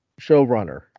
showrunner